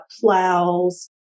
plows